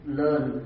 learn